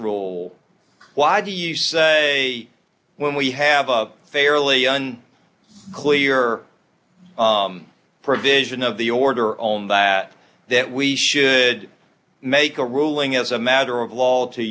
rule why do you say when we have a fairly un clear provision of the order on that that we should make a ruling as a matter of law to